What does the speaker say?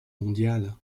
mondiale